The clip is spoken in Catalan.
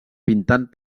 pintant